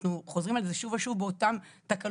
אנחנו חוזרים על זה שוב ושוב באותן תקלות.